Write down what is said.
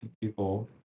people